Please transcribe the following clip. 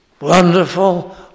Wonderful